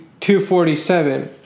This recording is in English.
247